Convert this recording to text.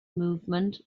movement